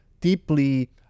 deeply